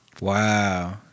Wow